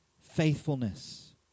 faithfulness